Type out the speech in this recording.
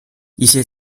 一些